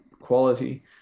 quality